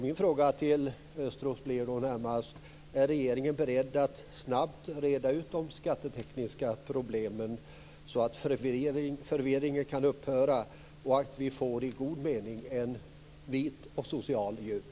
Min fråga till Östros blir närmast: Är regeringen beredd att snabbt reda ut de skattetekniska problemen så att förvirringen kan upphöra och så att vi får en i god mening vit och social jul?